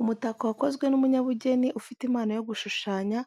Umutako wakozwe n'umunyabugeni ufite impano yo gushushanya,